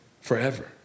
forever